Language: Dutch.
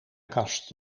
kast